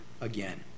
again